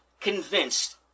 convinced